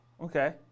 Okay